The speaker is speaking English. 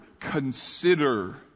consider